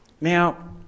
Now